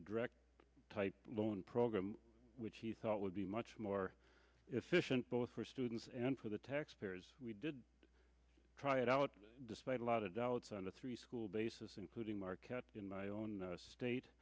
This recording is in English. direct type loan program which he thought would be much more efficient both for students and for the taxpayers we did try it out despite a lot of doubts on a three school basis including marquette in my own state